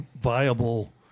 viable